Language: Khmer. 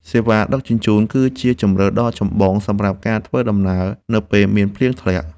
សេវាដឹកជញ្ជូន គឺជាជម្រើសដ៏ចម្បងសម្រាប់ការធ្វើដំណើរនៅពេលមានភ្លៀងធ្លាក់។